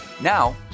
Now